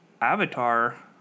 Avatar